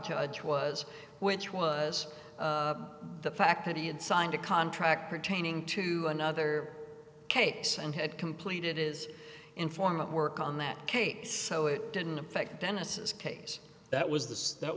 judge was which was the fact that he had signed a contract pertaining to another case and had completed is informant work on that case so it didn't affect dennis's case that was th